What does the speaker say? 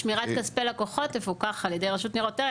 שמירת כספי לקוחות תפוקח על ידי רשות ניירות ערך.